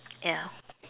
ya